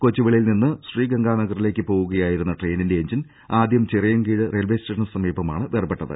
കൊച്ചുവേളിയിൽനിന്ന് ശ്രീഗൃഹാ നഗറിലേക്ക് പോവുകയായിരുന്ന ട്രെയിനിന്റെ എഞ്ചിൻ ആദ്യം ചിറ യിൻകീഴ് റെയിൽവേ സ്റ്റേഷന് സമീപമാണ് വേർപെട്ടത്